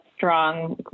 strong